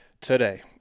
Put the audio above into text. today